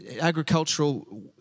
agricultural